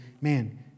man